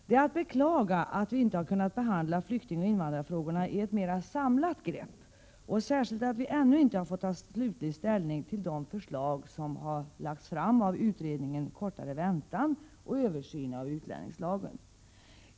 Det är att beklaga, att vi inte har kunnat behandla flyktingoch invandrarfrågorna med ett mera samlat grepp och särskilt att vi ännu inte har fått ta slutlig ställning till de förslag, som framlagts av utredningarna Kortare väntan och Översyn av utlänningslagen.